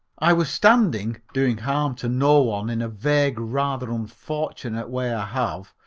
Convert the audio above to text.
i was standing doing harm to no one in a vague, rather unfortunate way i have,